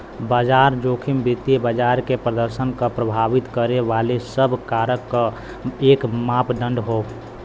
बाजार जोखिम वित्तीय बाजार के प्रदर्शन क प्रभावित करे वाले सब कारक क एक मापदण्ड हौ